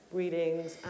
readings